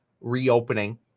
reopening